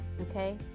okay